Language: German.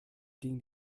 ging